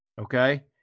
Okay